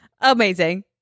Amazing